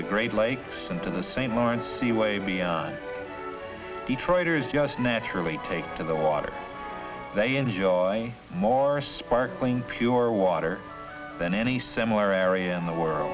the great lakes and to the st lawrence seaway detroiters just naturally take to the water they enjoy more sparkling pure water than any similar area in the world